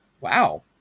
Wow